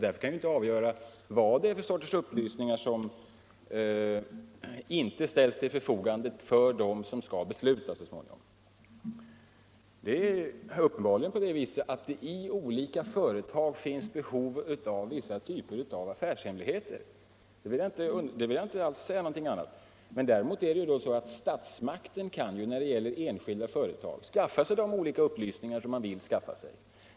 Därför kan jag inte avgöra vad det är för slags upplysningar som inte ställs till förfogande för dem som skall besluta så småningom. Det är uppenbarligen så, att det i olika företag finns behov av att ha skydd för vissa typer av affärshemligheter. Jag vill inte alls säga något annat. Men däremot kan statsmakten när det gäller enskilda företag skaffa sig de olika upplysningar som man vill ha.